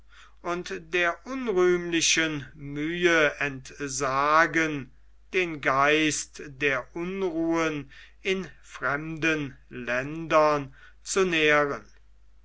und der unrühmlichen mühe entsagen den geist der unruhen in fremden ländern zu nähren